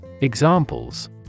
Examples